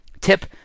tip